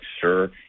sure